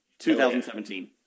2017